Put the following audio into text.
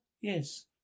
Yes